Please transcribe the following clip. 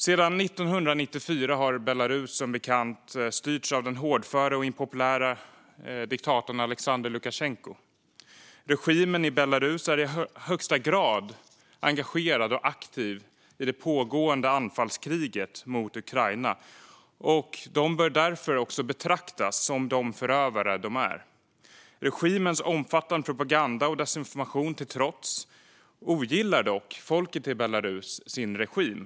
Sedan 1994 har Belarus som bekant styrts av den hårdföre och impopuläre diktatorn Aleksandr Lukasjenko. Regimen i Belarus är i högsta grad engagerad och aktiv i det pågående anfallskriget mot Ukraina och bör därför betraktas som de förövare de är. Regimens omfattande propaganda och desinformation till trots ogillar dock folket i Belarus sin regim.